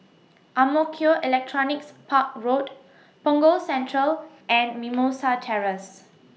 Ang Mo Kio Electronics Park Road Punggol Central and Mimosa Terrace